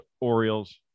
Orioles